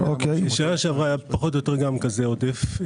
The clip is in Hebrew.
שנה שעברה היה פחות או יותר גם כזה עודף.